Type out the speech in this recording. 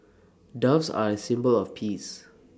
doves are A symbol of peace